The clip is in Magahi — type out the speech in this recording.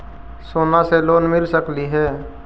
सोना से लोन मिल सकली हे?